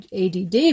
ADD